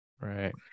Right